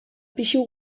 pisu